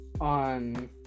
on